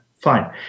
fine